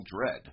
dread